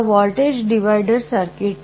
આ voltage divider circuit છે